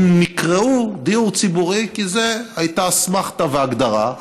הן נקראו דיור ציבורי כי זו הייתה האסמכתה וההגדרה.